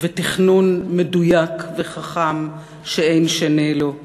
ותכנון מדויק וחכם שאין שני לו,